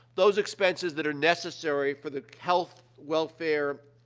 those expenses that are necessary for the health, welfare,